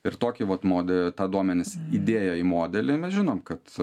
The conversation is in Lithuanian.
ir tokį vat mode tą duomenis įdėję į modelį mes žinom kad